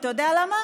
אתה יודע למה?